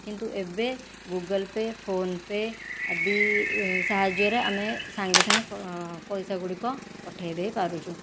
କିନ୍ତୁ ଏବେ Google Pay PhonePe ଇତ୍ୟାଦି ସାହାଯ୍ୟରେ ଆମେ ସାଙ୍ଗେ ସାଙ୍ଗେ ପଇସା ଗୁଡ଼ିକ ପଠାଇ ଦେଇପାରୁଛୁ